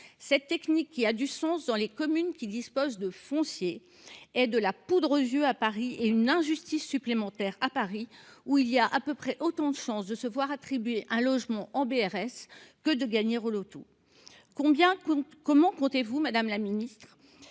Cette technique, qui a du sens dans les communes disposant de foncier, est de la poudre aux yeux et une injustice supplémentaire à Pari, où il y a à peu près autant de chance de se voir attribuer un logement en BRS que de gagner au loto ! Madame la ministre,